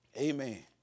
Amen